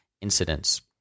incidents